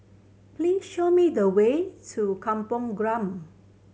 please show me the way to Kampong Glam